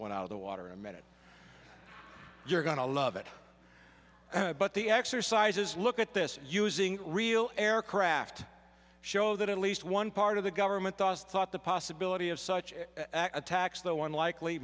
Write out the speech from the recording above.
one out of the water a minute you're going to love it but the exercises look at this using real aircraft show that at least one part of the government us thought the possibility of such attacks though unlikely